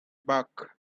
bulk